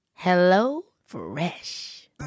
HelloFresh